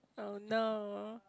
oh no